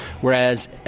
whereas